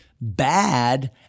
bad